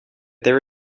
there